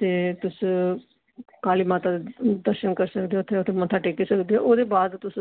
ते तुस काली माता दे दर्शन करी सकदे ओ उत्थे उत्थै मत्था टेकी सकदे ओ ओह्दे बाद तुस